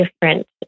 different